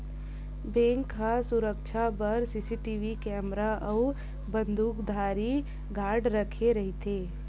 bank ह सुरक्छा बर सीसीटीवी केमरा अउ बंदूकधारी गार्ड राखे रहिथे